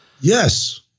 yes